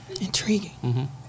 Intriguing